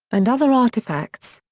and other artifacts.